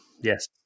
yes